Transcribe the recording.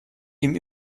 ihm